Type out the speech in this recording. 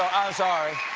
sorry.